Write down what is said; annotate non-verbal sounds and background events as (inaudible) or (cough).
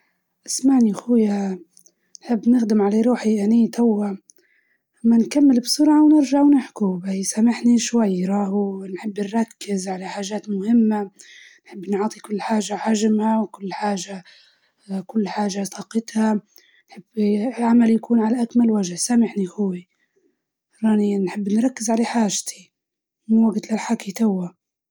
إسمع يا أخوي أنا توه جاعدة نخدم ومشغولة، شوية نكمل بسرعة ونرجع نتكلم، سامحني شوية (laughs) أراني بركز على حاجة مهمة.